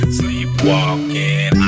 sleepwalking